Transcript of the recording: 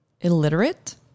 illiterate